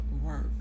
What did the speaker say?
work